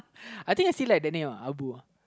I think is he like the name ah abu ah